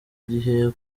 gihe